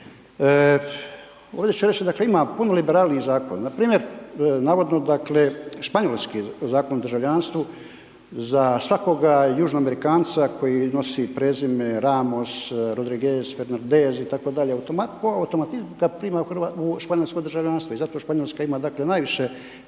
Ovdje ću reći, dakle ima puno liberalniji zakon. Npr. navodno španjolski Zakon o državljanstvu za svakoga Južnoamerikanca koji nosi prezime Ramos, Rodriges, Fernandes itd. automatizmom ga primaju u španjolsko državljanstvo i zato Španjolska ima najviše